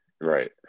Right